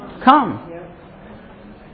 Come